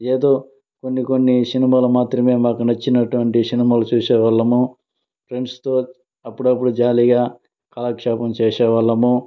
ఏదో కొన్ని కొన్ని సినిమాలు మాత్రమే నచ్చినటువంటి సినిమాలు చూసేవాళ్ళము ఫ్రెండ్స్తో అప్పుడప్పుడు జాలీగా కాలక్షేపం చేసేవాళ్ళము